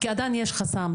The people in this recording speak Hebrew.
כי עדיין יש חסם,